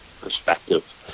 perspective